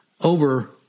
over